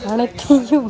அனைத்தையும்